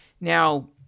Now